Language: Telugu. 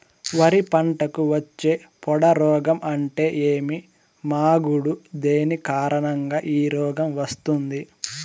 వరి పంటకు వచ్చే పొడ రోగం అంటే ఏమి? మాగుడు దేని కారణంగా ఈ రోగం వస్తుంది?